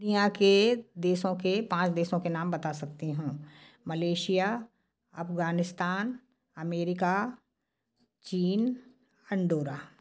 दुनिया के देशों के पाँच देशों के नाम बता सकती हूँ मलेसिया अफगानिस्तान अमेरिका चीन अंडोरा